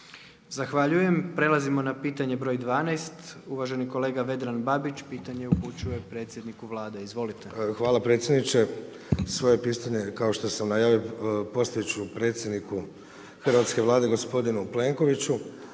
Zahvaljujem. Prelazimo na pitanje broj 12. uvaženi kolega Vedran Babić. Pitanje upućuje predsjedniku Vlade. Izvolite. **Babić, Vedran (SDP)** Hvala predsjedniče. Svoje pitanje, kao što sam najavio, postaviti ću predsjedniku Hrvatske Vlade, gospodinu Plenkoviću.